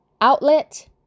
outlet